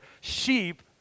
sheep